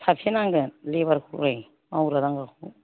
साबेसे नांगोन लेबार खौलाय मावग्रा दांग्राखौ